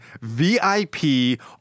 VIP